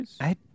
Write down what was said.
I-